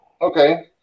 Okay